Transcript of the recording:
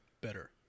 better